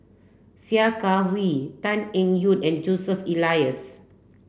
Sia Kah Hui Tan Eng Yoon and Joseph Elias